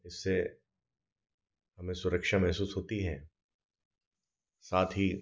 इससे हमें सुरक्षा महसूस होती है साथ ही